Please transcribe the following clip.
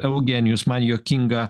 eugenijus man juokinga